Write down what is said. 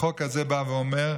החוק הזה בא ואומר: